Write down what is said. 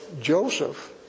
Joseph